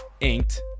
inked